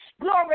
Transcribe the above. Glory